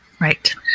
Right